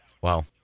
Wow